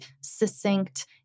succinct